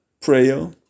prayer